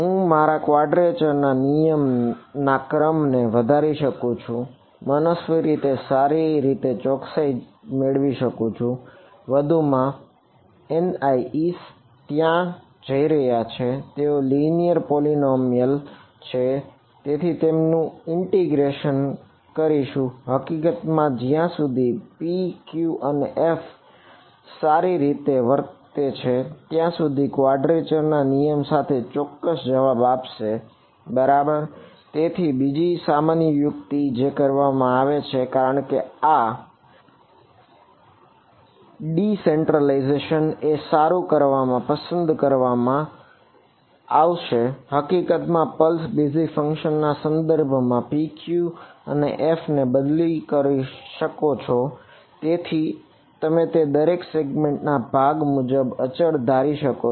હું મારા ક્વોડરેચર માં ભાગ મુજબ અચળ ધારી શકો છો